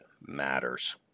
matters